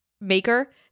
maker